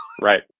Right